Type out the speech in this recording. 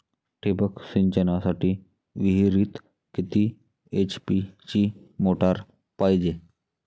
ठिबक सिंचनासाठी विहिरीत किती एच.पी ची मोटार पायजे?